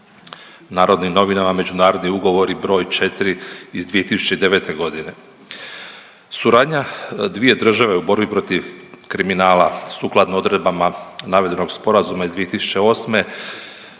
Narodnim novinama-Međunarodni ugovori br. 4 iz 2009. g. Suradnja dvije države u borbi protiv kriminala sukladno odredbama navedenog Sporazuma iz 2008. je,